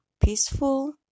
peaceful